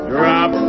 Drop